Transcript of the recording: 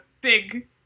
big